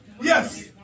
Yes